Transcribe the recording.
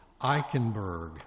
Eichenberg